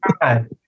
God